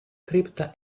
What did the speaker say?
cripta